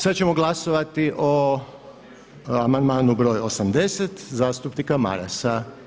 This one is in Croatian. Sada ćemo glasovati o amandmanu broju 80 zastupnika Marasa.